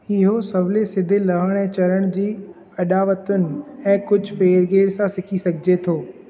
इहो सवले सिधे लहण ऐं चढ़ण जी अॾावतुनि ऐं कुझ फेरघेर सां सिखी सघिजे थो